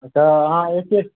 अच्छा अहाँ एके